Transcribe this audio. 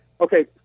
Okay